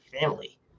family